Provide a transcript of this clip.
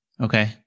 Okay